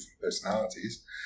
personalities